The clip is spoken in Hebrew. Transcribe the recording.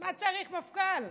למה צריך מפכ"ל?